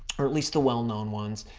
or at least the well-known ones.